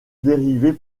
dérivées